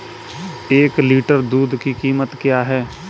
एक लीटर दूध की कीमत क्या है?